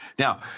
Now